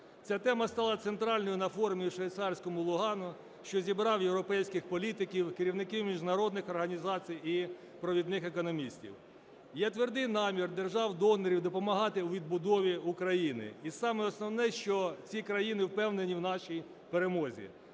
Ця тема стала центральною на форумі у швейцарському Лугано, що зібрав європейських політиків, керівників міжнародних організацій і провідних економістів. Є твердий намір держав-донорів допомагати у відбудові України, і саме основне, що ці країни впевнені в нашій перемозі.